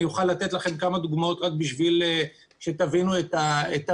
אני אוכל לתת לכם כמה דוגמאות רק כדי שתבינו את המנעד